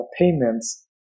payments